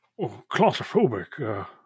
claustrophobic